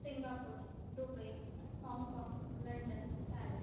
Singapore Dubai Hong Kong London Paris